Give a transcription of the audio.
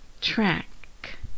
track